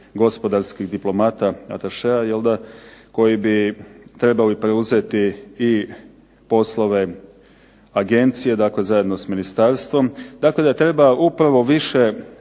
gospodarskih diplomata, atašea koji bi trebali preuzeti i poslove Agencije, dakle zajedno s ministarstvom tako da treba upravo više